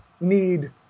need